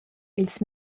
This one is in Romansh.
ils